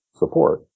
support